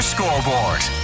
Scoreboard